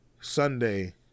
Sunday